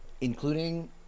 including